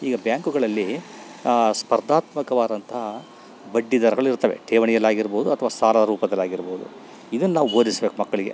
ಈಗ ಬ್ಯಾಂಕುಗಳಲ್ಲಿ ಸ್ಪರ್ಧಾತ್ಮಕವಾದಂತಹ ಬಡ್ಡಿದರಗಳಿರ್ತವೆ ಠೇವಣಿಯಲ್ಲಾಗಿರ್ಬೋದು ಅಥವಾ ಸಾಲ ರೂಪದಲ್ಲಾಗಿರಬೌದು ಇದನ್ನ ನಾವು ಬೋಧಿಸ್ಬೇಕು ಮಕ್ಕಳಿಗೆ